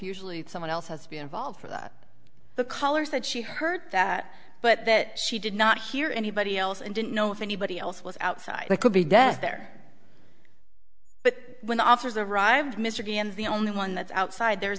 usually someone else has to be involved for that the caller said she heard that but that she did not hear anybody else and didn't know if anybody else was outside that could be death there but when officers arrived mr gans the only one that's outside there's